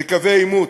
בקווי עימות.